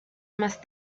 más